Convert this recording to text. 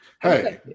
Hey